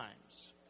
times